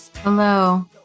Hello